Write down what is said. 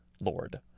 lord